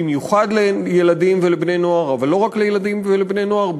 במיוחד לילדים ולבני-נוער אבל לא רק לילדים ולבני-נוער,